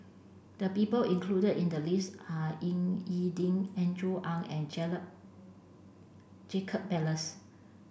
the people included in the list are Ying E Ding Andrew Ang and Jacob Ballas